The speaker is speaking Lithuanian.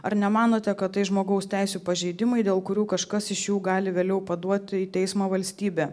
ar nemanote kad tai žmogaus teisių pažeidimai dėl kurių kažkas iš jų gali vėliau paduoti į teismą valstybę